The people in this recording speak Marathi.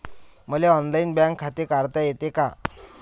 मले ऑनलाईन बँक खाते काढता येते का?